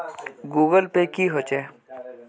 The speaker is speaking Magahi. गूगल पै की होचे?